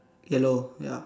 yellow ya